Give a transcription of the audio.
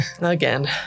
Again